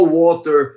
water